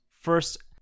first